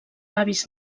avis